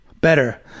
better